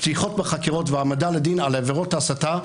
פתיחות בחקירות והעמדה לדין על עבירות הסתה,